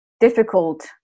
difficult